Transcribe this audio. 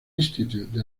institute